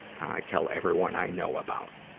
i tell everyone i know about.